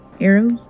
arrows